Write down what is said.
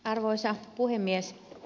arvoisa puhemies